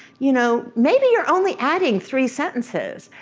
you know, maybe your only adding three sentences.